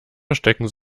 verstecken